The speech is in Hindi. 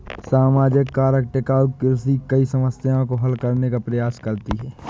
सामाजिक कारक टिकाऊ कृषि कई समस्याओं को हल करने का प्रयास करती है